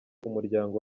umuryango